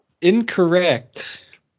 Incorrect